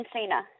Cena